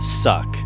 suck